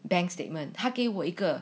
bank statement 他给我一个